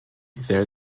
there